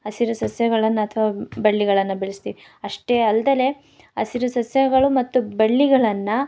ಹಸಿರು ಸಸ್ಯಗಳನ್ನು ಅಥ್ವ ಬಳ್ಳಿಗಳನ್ನು ಬೆಳೆಸ್ತೀವಿ ಅಷ್ಟೇ ಅಲ್ಲದಲೇ ಹಸಿರು ಸಸ್ಯಗಳು ಮತ್ತು ಬಳ್ಳಿಗಳನ್ನು